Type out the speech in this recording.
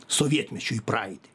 sovietmečiu į praeitį